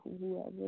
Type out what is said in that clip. whoever